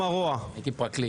סון הר מלך (עוצמה יהודית): רצח באכזריות.